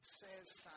says